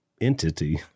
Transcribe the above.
entity